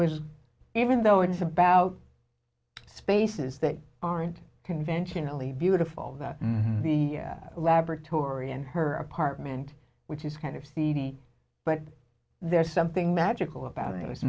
was even though it's about spaces that aren't conventionally beautiful that the laboratory in her apartment which is kind of seedy but there's something magical about it was